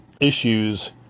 issues